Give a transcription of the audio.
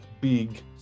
big